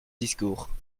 discours